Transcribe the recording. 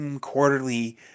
quarterly